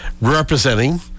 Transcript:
representing